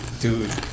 dude